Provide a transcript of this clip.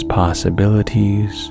possibilities